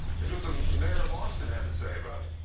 is what the mayor of austin had to say about.